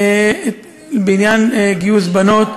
בעניין גיוס בנות,